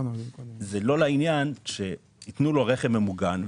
זה לא לעניין שיתנו לו רכב ממוגן,